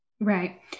Right